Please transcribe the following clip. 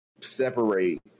separate